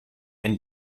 and